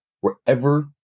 wherever